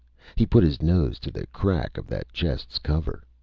he put his nose to the crack of that chest's cover.